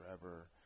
forever